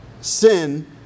sin